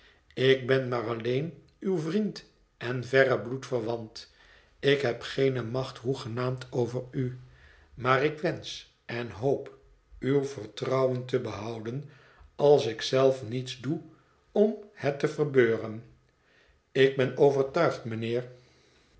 ik ben maar alleen uw vriend en verre bloedverwant ik heb geene macht hoegenaamd over u maar ik wensch en hoop uw vertrouwen te behouden als ik zelf niets doe om het te verbeuren ik bon overtuigd mijnheer